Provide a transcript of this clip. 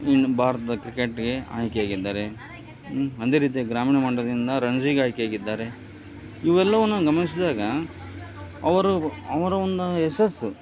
ಇನ್ನು ಬಾರತದ ಕ್ರಿಕೆಟ್ಗೆ ಆಯ್ಕೆಯಾಗಿದ್ದಾರೆ ಅದೇ ರೀತಿಯ ಗ್ರಾಮೀಣ ಮಟ್ಟದಿಂದ ರಣ್ಸಿಂಗ್ ಆಯ್ಕೆಯಾಗಿದ್ದಾರೆ ಇವೆಲ್ಲವನ್ನು ಗಮನಿಸಿದಾಗ ಅವರು ಅವರ ಒಂದು ಆ ಯಶಸ್ಸು